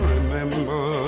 Remember